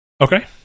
Okay